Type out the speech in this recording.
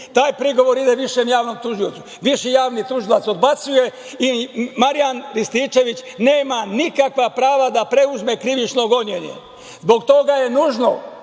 Taj prigovor ide višem javnom tužiocu. Viši javni tužilac odbacuje i Marijan Rističević nema nikakva prava da preuzme krivično gonjenje. Zbog toga je nužno